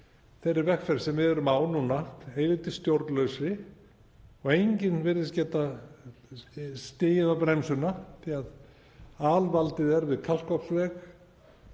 þeirri vegferð sem við erum á núna, eilítið stjórnlausri, og enginn virðist geta stigið á bremsuna því að alvaldið er við Kalkofnsveg,